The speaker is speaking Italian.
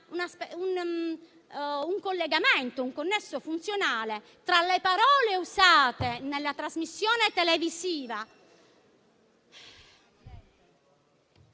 un collegamento e un nesso funzionale tra le parole usate nella trasmissione televisiva